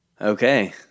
Okay